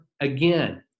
again